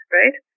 right